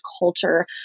culture